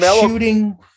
Shooting